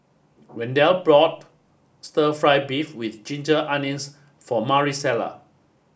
Wendell bought Stir Fry Beef with ginger onions for Maricela